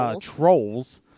trolls